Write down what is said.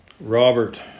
Robert